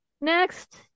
Next